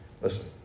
Listen